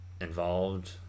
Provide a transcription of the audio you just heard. involved